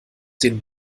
den